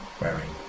wearing